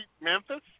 Memphis